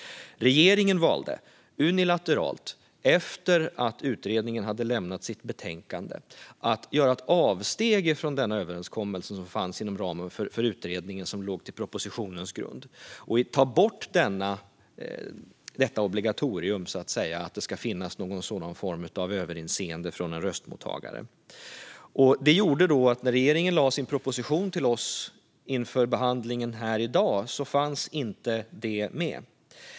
Regeringen valde unilateralt, efter att utredningen hade lämnat sitt betänkande, att göra ett avsteg från den överenskommelse som fanns inom ramen för utredningen som låg till grund för propositionen och ta bort detta obligatorium att det ska finnas någon sådan form av överinseende från en röstmottagare. Det gjorde att när regeringen lade fram sin proposition till riksdagen inför behandlingen här i dag fanns inte det med.